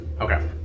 Okay